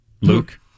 Luke